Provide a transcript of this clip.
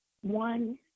one